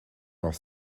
while